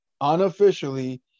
unofficially